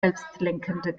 selbstlenkende